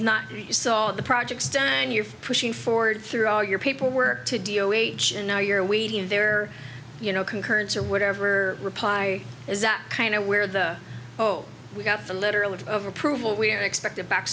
not you saw the projects dan you're pushing forward through all your paperwork to d o a age and now you're waiting there you know concurrence or whatever reply is that kind of where the oh we got the letter a letter of approval we're expected back